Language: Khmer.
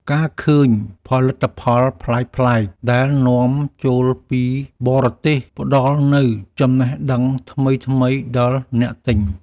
ការឃើញផលិតផលប្លែកៗដែលនាំចូលពីបរទេសផ្ដល់នូវចំណេះដឹងថ្មីៗដល់អ្នកទិញ។